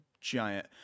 giant